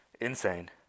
insane